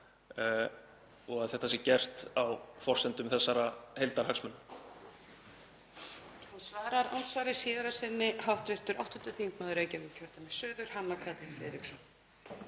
og að þetta sé gert á forsendum þessara heildarhagsmuna.